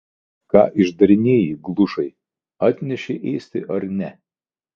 ką išdarinėji glušai atneši ėsti ar ne